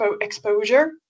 exposure